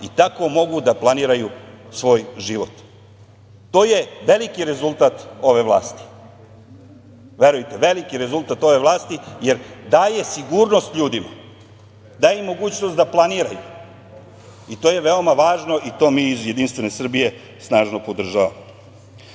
i tako mogu da planiraju svoj život. To je veliki rezultat ove vlasti, verujte, veliki rezultat ove vlasti, jer daje sigurnost ljudima, daje im mogućnost da planiraju i to je veoma važno i to mi iz JS snažno podržavamo. Kada